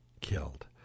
killed